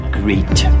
great